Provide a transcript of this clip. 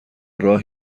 راه